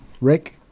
Rick